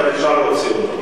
ואפשר להוציא אותו.